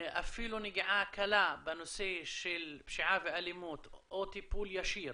אפילו נגיעה קלה בנושא של פשיעה ואלימות או טיפול ישיר